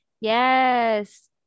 Yes